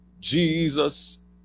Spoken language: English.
Jesus